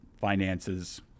finances